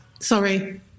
Sorry